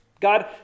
God